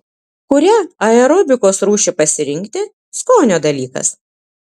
kurią aerobikos rūšį pasirinkti skonio dalykas